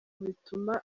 bituma